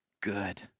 good